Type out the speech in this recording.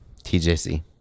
TJC